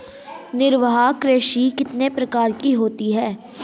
निर्वाह कृषि कितने प्रकार की होती हैं?